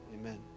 Amen